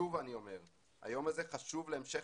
שוב אני אומר שהיום הזה חשוב להמשך